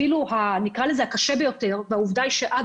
אפילו הקשה ביותר והעובדה היא שעד